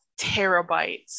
terabytes